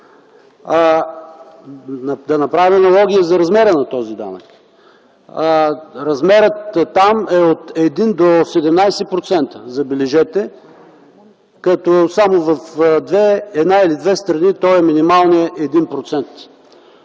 Да направим аналогия за размера на този данък. Размерът там е от 1 до 17%, забележете, като само в една-две страни той е минималният 1%.